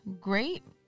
great